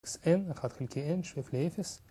אז n, 1 חלקי n שואף לאפס.